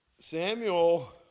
Samuel